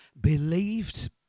believed